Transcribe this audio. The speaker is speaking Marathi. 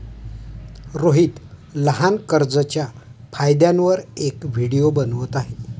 रोहित लहान कर्जच्या फायद्यांवर एक व्हिडिओ बनवत आहे